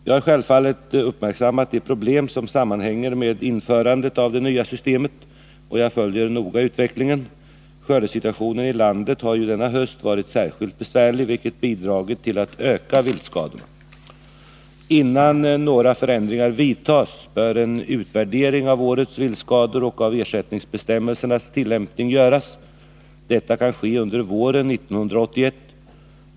Jag har självfallet uppmärksammat de problem som sammanhänger med införandet av det nya systemet och jag följer noga utvecklingen. Skördesituationen i landet har ju denna höst varit särskilt besvärlig, vilket bidragit till att öka viltskadorna. Innan några förändringar vidtas bör en utvärdering av årets viltskador och av ersättningsbestämmelsernas tillämpning göras. Detta kan ske under våren 1981.